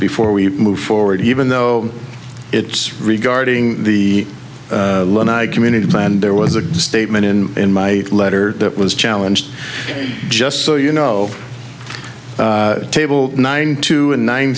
before we move forward even though it's regarding the community and there was a statement in in my letter that was challenged just so you know table nine two nine